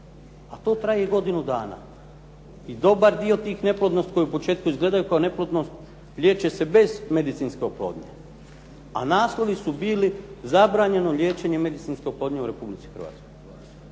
a to traje i godinu dana. I dobar dio tih neplodnosti koji u početku izgledaju kao neplodnost liječe se bez medicinske oplodnje a naslovi su bili zabranjeno liječenje medicinske oplodnje u Republici Hrvatskoj.